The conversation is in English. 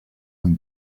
them